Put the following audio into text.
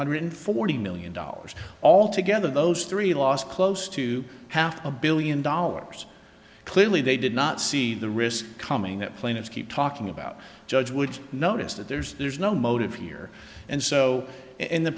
hundred forty million dollars all together those three lost close to half a billion dollars clearly they did not see the risk coming up plaintiffs keep talking about judge would notice that there's there's no motive here and so and the